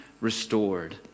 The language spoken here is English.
Restored